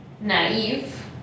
naive